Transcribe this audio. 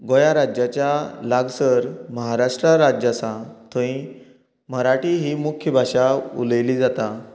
गोंया राज्याचा लागसर महाराष्ट्र राज्य आसा थंय मराठी ही मुख्य भाशा उलयली जाता